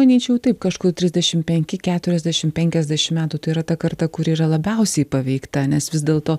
manyčiau taip kažkur trisdešim penki keturiasdešim penkiasdešim metų tai yra ta karta kuri yra labiausiai paveikta nes vis dėlto